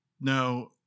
No